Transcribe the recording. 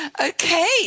Okay